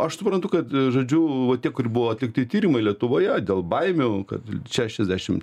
aš suprantu kad žodžiu va tie kurie buvo atlikti tyrimai lietuvoje dėl baimių kad šešiasdešim